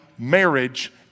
marriage